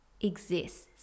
exists